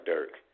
Dirk